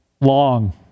Long